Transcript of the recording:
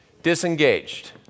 Disengaged